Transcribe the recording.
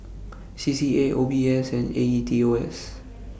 C C A O B S and A E T O S